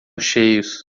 cheios